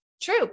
true